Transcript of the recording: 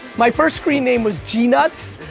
my first screen name was geenuts.